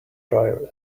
dryer